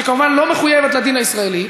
שכמובן לא מחויבת לדין הישראלי.